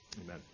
Amen